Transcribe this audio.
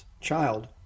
child